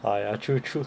ah ya true true